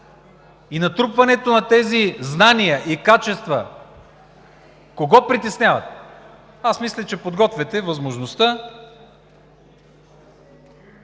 и натрупването на тези знания и качества кого притесняват? Аз мисля, че подготвяте възможността